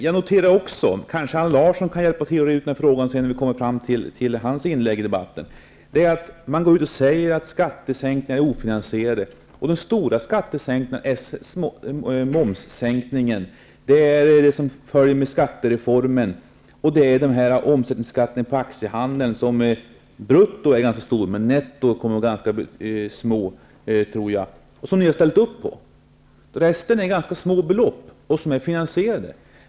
Jag noterar också -- kanske Allan Larsson kan hjälpa till att reda ut den frågan när vi kommer fram till hans inlägg i debatten -- att man går ut och säger att skattesänkningarna är ofinansierade. Den stora skattesänkningen utgörs av momssänkningen. Därtill kommer det belopp som följer av skattereformen och sänkningen av omsättningsskatten på aktiehandeln, som brutto är ganska stort men som netto är litet. Ni har ställt upp på detta. Resten utgör små belopp som är finansierade.